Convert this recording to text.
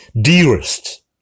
dearest